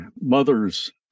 mother's